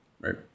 Right